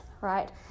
right